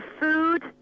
food